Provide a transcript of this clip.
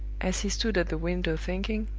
as he stood at the window thinking,